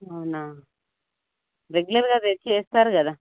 అవునా రెగ్యులర్గా తెచ్చి వేస్తారు కదా